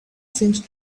seemed